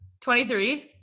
23